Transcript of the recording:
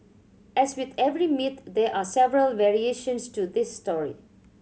as with every myth there are several variations to this story